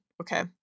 okay